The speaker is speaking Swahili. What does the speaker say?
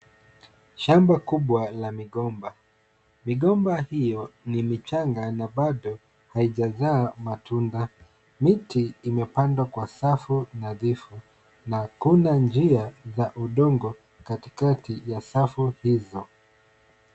Shamba kubwa la migomba, migomba hiyo ni michanga na bado, haijazaa matunda. Miti imepandwa kwa safu nadhifu na kuunda njia za udongo katikati ya safu hizo.